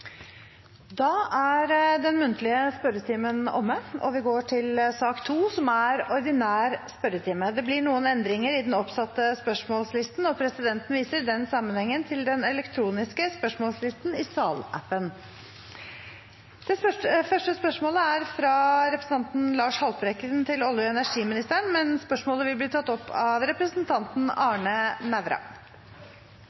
Den muntlige spørretimen er omme, og vi går til den ordinære spørretimen. Det blir noen endringer i den oppsatte spørsmålslisten, og presidenten viser i den sammenhengen til den elektroniske spørsmålslisten i salappen. Endringene var som følger: Spørsmål 1, fra representanten fra Lars Haltbrekken til olje- og energiministeren, vil bli tatt opp av representanten